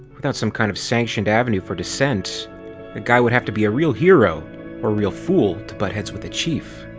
without some kind of sanctioned avenue for dissent a guy would have to be a real hero or a real fool to butt heads with the chief.